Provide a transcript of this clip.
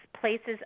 places